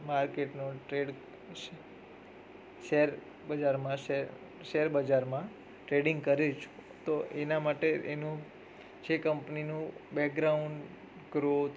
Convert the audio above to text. માર્કેટમાં trade share બજારમાં share share બજારમાં ટ્રેડિંગ તો એના માટે એનું જે કંપનીનું બેકગ્રાઉન્ડ ગ્રોથ